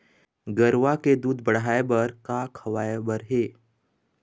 गरवा के दूध बढ़ाये बर का खवाए बर हे?